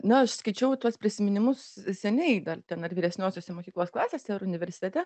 na aš skaičiau tuos prisiminimus seniai dar ten ar vyresniosiose mokyklos klasėse ar universitete